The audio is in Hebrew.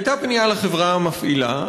הייתה פנייה לחברה המפעילה,